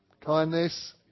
kindness